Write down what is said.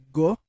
go